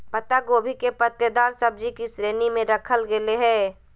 पत्ता गोभी के पत्तेदार सब्जि की श्रेणी में रखल गेले हें